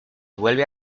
vuelve